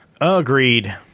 Agreed